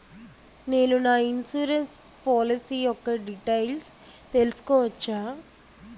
నేను నా insurance policy యెక్క డీటైల్స్ తెల్సుకోవచ్చా?